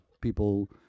people